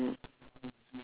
mm